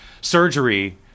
surgery